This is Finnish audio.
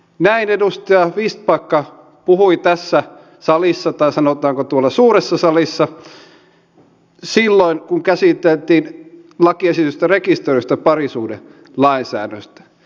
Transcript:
näin edustaja vistbacka puhui tässä salissa tai sanotaanko tuolla suuressa salissa silloin kun käsiteltiin lakiesitystä rekisteröidystä parisuhdelainsäädännöstä